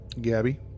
Gabby